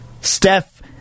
Steph